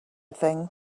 thing